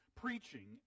preaching